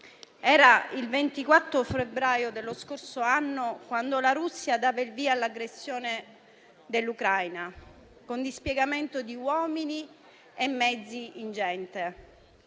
era il 24 febbraio dello scorso anno quando la Russia dava il via all'aggressione dell'Ucraina con dispiegamento di uomini e mezzi ingente.